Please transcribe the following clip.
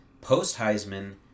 post-Heisman